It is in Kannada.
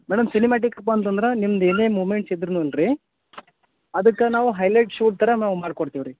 ಮೇಡಮ್ ಸಿನಿಮ್ಯಾಟಿಕಪ್ಪ ಅಂತಂದ್ರೆ ನಿಮ್ದು ಏನೇ ಮೂವ್ಮೆಂಟ್ಸ್ ಇದ್ರುನೂ ರೀ ಅದಕ್ಕೆ ನಾವು ಹೈಲೈಟ್ ಶೂಟ್ ಥರ ನಾವು ಮಾಡ್ಕೊಡ್ತೀವಿ ರೀ